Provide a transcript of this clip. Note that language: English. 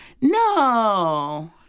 no